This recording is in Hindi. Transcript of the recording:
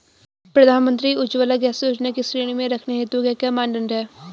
प्रधानमंत्री उज्जवला गैस योजना की श्रेणी में रखने हेतु क्या क्या मानदंड है?